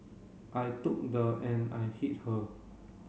I took the and I hit her